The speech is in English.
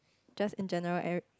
just in general ev~